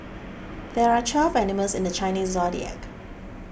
there are twelve animals in the Chinese zodiac